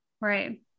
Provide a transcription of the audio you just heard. Right